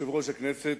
יושב-ראש הכנסת,